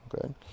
good